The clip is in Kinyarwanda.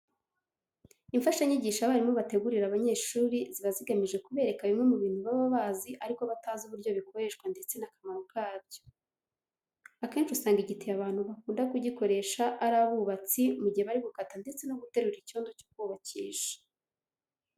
Imfashanyigisho abarimu bategurira abanyeshuri ziba zigamije kuberaka bimwe mu bintu baba bazi ariko batazi uburyo bikoreshwa ndetse n'akamaro kabyo. Akenshi usanga igitiyo abantu bakunda kugikoresha ari abubatsi mu gihe bari gukata ndetse no guterura icyondo cyo kubakisha.